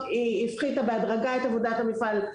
היא הפחיתה בהדרגה את עבודת המפעל.